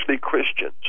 Christians